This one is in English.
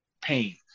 pain